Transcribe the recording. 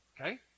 Okay